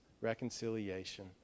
reconciliation